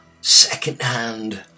second-hand